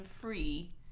free